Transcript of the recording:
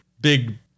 big